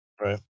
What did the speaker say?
Right